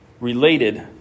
related